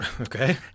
okay